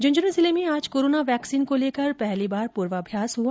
झंझनूं जिले में आज कोरोना वैक्सीन को लेकर पहली बार पूर्वाभ्यास हुआ